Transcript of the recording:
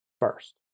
first